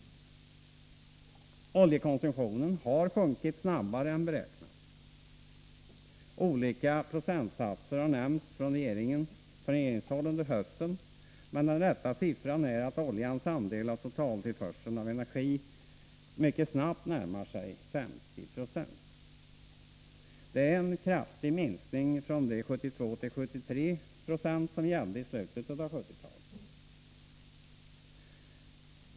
Oljekonsumtionen har sjunkit snabbare än beräknat. Olika procentsatser har nämnts från regeringshåll under hösten, men den rätta uppgiften är att oljans andel av totaltillförseln av energi mycket snabbt närmar sig 50 90. Det är en kraftig minskning i förhållande till de 72-73 som gällde i slutet av 1970-talet.